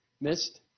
missed